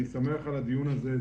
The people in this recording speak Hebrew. אני שמח על הדיון הזה.